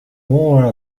more